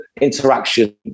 interaction